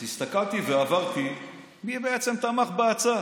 אז הסתכלתי ועברתי מי בעצם תמך בהצעה.